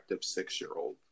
six-year-old